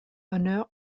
honore